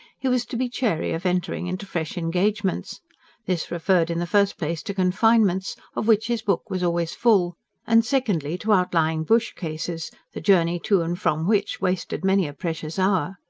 he was to be chary of entering into fresh engagements this referred in the first place to confinements, of which his book was always full and secondly, to outlying bush-cases, the journey to and from which wasted many a precious hour.